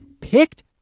picked